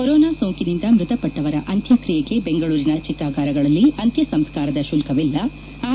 corona ಸೋಂಕಿನಿಂದ ಮೃತಪಟ್ಟವರ ಅಂತ್ಯಕ್ರಿಯೆಗೆ ಬೆಂಗಳೂರಿನ ಚಿತಾಗಾರಗಳಲ್ಲಿ ಅಂತ್ಯಸಂಸ್ಕಾರದ ಶುಲ್ಕವಿಲ್ಲ ಆರ್